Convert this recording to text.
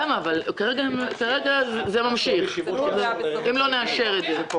אבל כרגע זה ממשיך, אם לא נאשר את זה.